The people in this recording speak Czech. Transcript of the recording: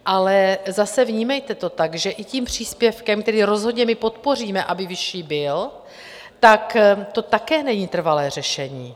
Ale zase, vnímejte to tak, že i tím příspěvkem, který rozhodně my podpoříme, aby vyšší byl, tak to také není trvalé řešení.